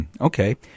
okay